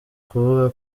kuvuga